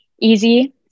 easy